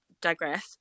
digress